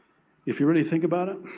if you really think about it,